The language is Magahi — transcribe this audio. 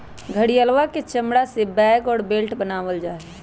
घड़ियलवा के चमड़ा से बैग और बेल्ट बनावल जाहई